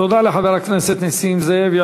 תודה לחבר הכנסת נסים זאב.